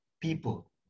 people